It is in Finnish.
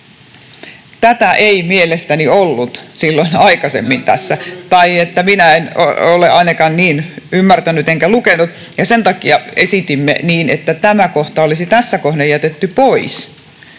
Tätä ei mielestäni ollut silloin aikaisemmin tässä tai minä en ole ainakaan niin ymmärtänyt enkä lukenut, ja sen takia esitimme, että tämä kohta olisi tässä kohden jätetty pois